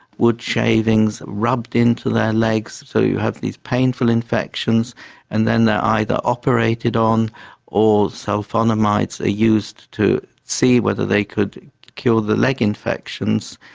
wood shavings rubbed into their legs so you had these painful infections and then they're either operated on or sulphonamides are used to see whether they could kill the leg infections.